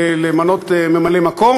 ולמנות ממלא-מקום,